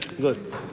Good